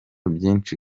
byinshi